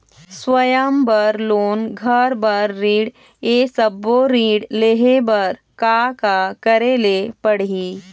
स्वयं बर लोन, घर बर ऋण, ये सब्बो ऋण लहे बर का का करे ले पड़ही?